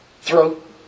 throat